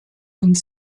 und